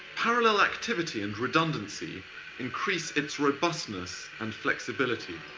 parallel activity and redundancy increase its robustness and flexibility.